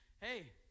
Hey